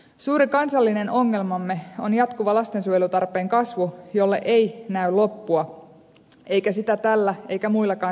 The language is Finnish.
suuri kansallinen ongelmamme on jatkuva lastensuojelutarpeen kasvu jolle ei näy loppua eikä sitä tällä eikä muillakaan säännöksillä poisteta